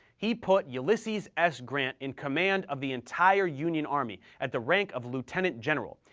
he put ulysses s. grant in command of the entire union army at the rank of lieutenant general,